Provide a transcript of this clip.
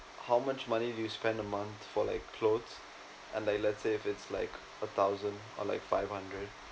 how much money you spend a month for like clothes and like let's say if it's like a thousand or like five hundred